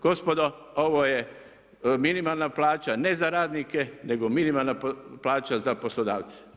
Gospodo, ovo je minimalna plaća ne za radnike nego minimalna plaća za poslodavce.